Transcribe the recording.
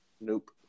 Nope